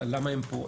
למה הם פה?